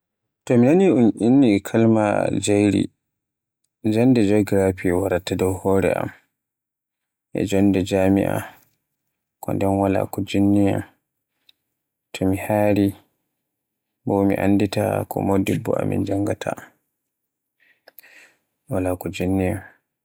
To mi nani unni kaima njayri, jannde geography wara ta dow hore am, e jonde jami'are, ko nden wala ko jinni Yan, to mi haani, bo mi anndita ko modibbo Amin janngaata.